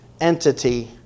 entity